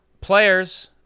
players